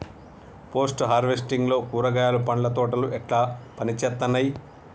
Post harvesting లో కూరగాయలు పండ్ల తోటలు ఎట్లా పనిచేత్తనయ్?